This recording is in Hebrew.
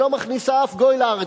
שלא מכניסה אף גוי לארץ,